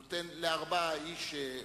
אני נותן לארבעה איש,